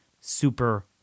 super